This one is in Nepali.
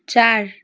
चार